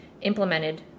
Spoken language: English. implemented